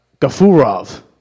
Gafurov